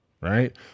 right